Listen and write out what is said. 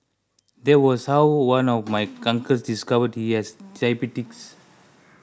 that was how one of my uncles discovered he has diabetes